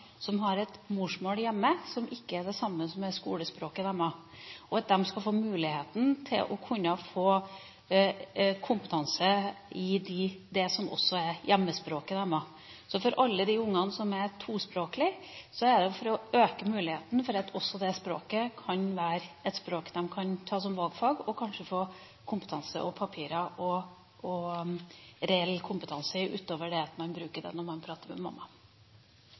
som har et morsmål hjemme som ikke er det samme som skolespråket deres, skal kunne få kompetanse også i hjemmespråket sitt. For alle de ungene som er tospråklige, gjelder det å øke muligheten for at også det språket kan være et språk de kan ta som valgfag og kanskje få reell kompetanse og papirer på – utover det at man bruker det når man prater med